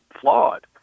flawed